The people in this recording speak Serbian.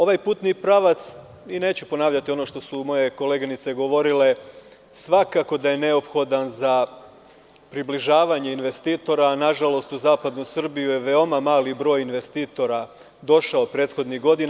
Ovaj putni pravac, neću ponavljati ono što su moje koleginice govorile, svakako da je neophodan za približavanje investitora, a nažalost u zapadnu Srbiju je veoma mali broj investitora došao prethodnih godina.